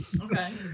Okay